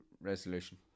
resolution